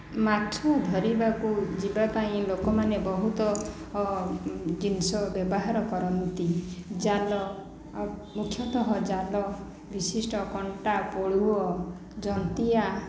ମାଛ ଧରିବାକୁ ଯିବାପାଇଁ ଲୋକମାନେ ବହୁତ ଜିନିଷ ବ୍ୟବହାର କରନ୍ତି ଜାଲ ମୁଖ୍ୟତଃ ଜାଲ ବିଶିଷ୍ଟ କଣ୍ଟା ପୋଳୁଅ ଜନ୍ତିଆ